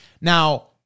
Now